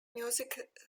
music